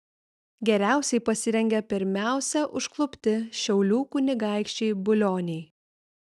geriausiai pasirengė pirmiausia užklupti šiaulių kunigaikščiai bulioniai